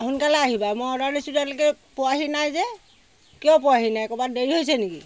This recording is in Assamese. সোনকালে আহিবা মই অৰ্ডাৰ দিছোঁ এতিয়ালৈকে পোৱাহি নাই যে কিয় পোৱাহি নাই ক'ৰবাত দেৰি হৈছে নেকি